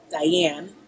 Diane